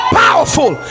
powerful